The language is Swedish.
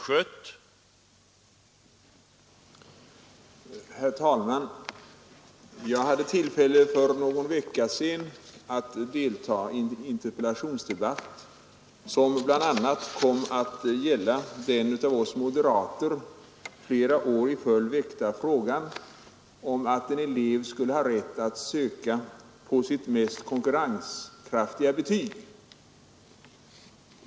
Herr talman! För någon vecka sedan hade jag tillfälle att delta i en interpellationsdebatt, som bl.a. kom att gälla den av oss moderater flera år i följd väckta frågan om att en elev skulle ha rätt att söka på sitt mest konkurrenskraftiga betyg.